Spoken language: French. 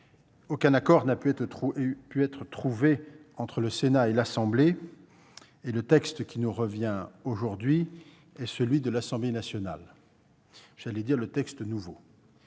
Aucun accord n'a pu être trouvé entre le Sénat et l'Assemblée nationale, et le texte qui nous revient aujourd'hui est celui de l'Assemblée nationale. Je tiens à rappeler que,